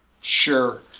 Sure